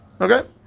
okay